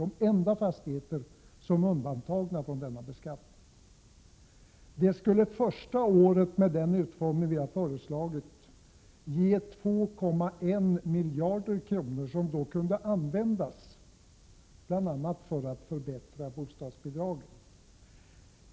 Det är de enda fastigheter som är undantagna från denna beskattning. Det skulle första året, med den utformning vi har föreslagit, ge 2,1 miljarder kronor, som kunde användas bl.a. för att förbättra bostadsbidragen.